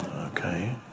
okay